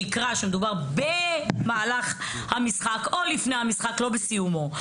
שיקרא שמדובר במהלך המשחק או לפני המשחק ולא בסיומו.